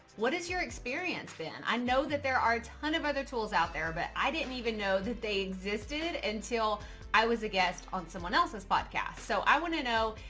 what is your experience been? i know that there are a ton of other tools out there, but i didn't even know that they existed until i was a guest on someone else's podcast. so i want to know,